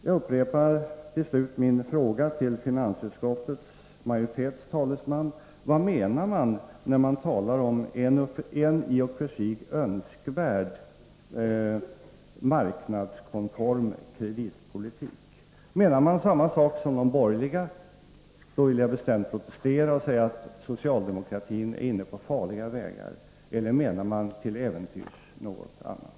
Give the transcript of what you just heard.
Jag upprepar till slut min fråga till finansutskottets majoritets talesman: Vad menar man när man talar om en ”i och för sig önskvärd marknadskonform kreditpolitik”? Menar man samma sak som de borgerliga? Då vill jag bestämt protestera och säga att socialdemokratin är inne på farliga vägar. Eller menar man eventuellt något annat?